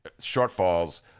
shortfalls